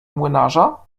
młynarza